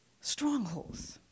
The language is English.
Strongholds